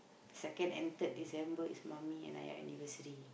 second and third December is mummy and I anniversary